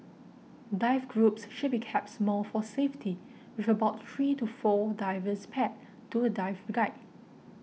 dive groups should be kept small for safety with about three to four divers paired to a dive guide